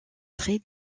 très